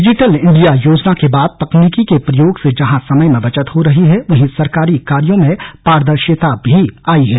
digital India योजना के बाद तकनीकी के प्रयोग से जहां समय में बचत हो रही है वहीं सरकारी कार्यों में पारदर्शिता भी आई है